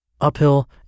uphill